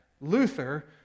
Luther